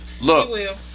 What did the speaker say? look